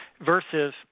versus